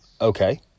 okay